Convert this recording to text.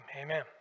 amen